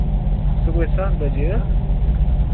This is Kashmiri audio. صُبحٲے سَتھ بَجے حظ